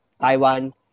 Taiwan